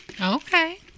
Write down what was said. Okay